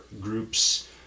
groups